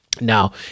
Now